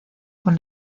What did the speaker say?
con